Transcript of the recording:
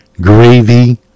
gravy